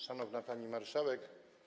Szanowna Pani Marszałek!